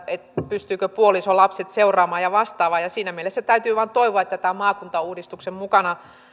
pystyvätkö puoliso ja lapset seuraamaan ja vastaavaa siinä mielessä täytyy vain toivoa että tämän maakuntauudistuksen mukanaan